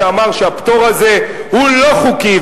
שאמר שהפטור הזה הוא לא חוקי,